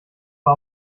war